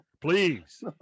Please